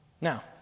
Now